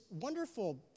wonderful